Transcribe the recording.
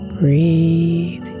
Breathe